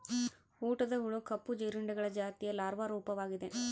ಊಟದ ಹುಳು ಕಪ್ಪು ಜೀರುಂಡೆಗಳ ಜಾತಿಯ ಲಾರ್ವಾ ರೂಪವಾಗಿದೆ